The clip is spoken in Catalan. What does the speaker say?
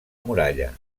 muralla